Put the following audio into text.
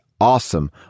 awesome